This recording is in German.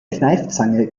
kneifzange